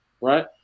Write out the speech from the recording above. right